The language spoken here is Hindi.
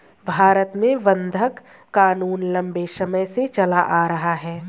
भारत में बंधक क़ानून लम्बे समय से चला आ रहा है